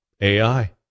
AI